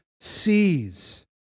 sees